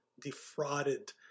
defrauded